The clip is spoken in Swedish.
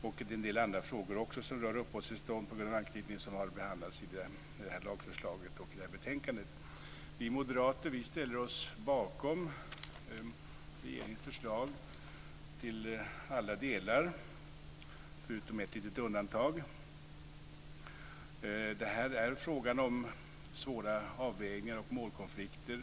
I det lagförslag som behandlas i betänkandet ingår också en del andra frågor om uppehållstillstånd på grund av anknytning. Vi moderater ställer oss bakom regeringens förslag till alla delar, med ett litet undantag. Det är fråga om svåra avvägningar och målkonflikter.